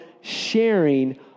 sharing